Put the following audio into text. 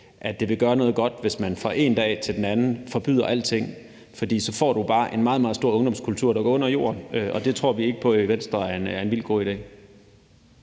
at det vil gøre noget godt, hvis man fra den ene dag til den anden forbyder alting. Hvis du gør det, får du bare en meget, meget stor ungdomskultur til at gå under radaren , og det tror vi i Venstre ikke på er en vildt god idé.